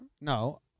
No